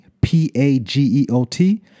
P-A-G-E-O-T